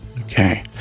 Okay